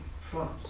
France